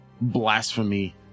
blasphemy